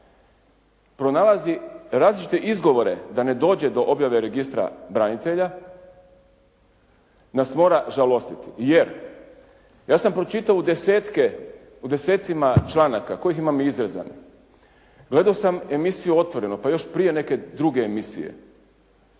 pronalazi različite izgovore da ne dođe objave registra branitelja nas mora žalostiti jer, ja sam pročitao u desetcima članaka, kojih imam i izrezane. Gledao sam emisiju "Otvoreno", pa još prije neke druge emisije.